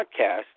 podcast